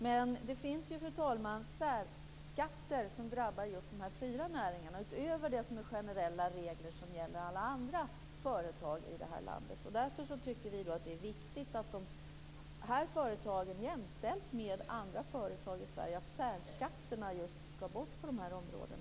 Men det finns ju, fru talman, särskatter som drabbar just dessa fyra näringar, utöver de generella regler som gäller alla andra företag i det här landet. Därför tycker vi att det är viktigt att dessa företag jämställs med andra företag i Sverige och att särskatterna skall bort på dessa områden.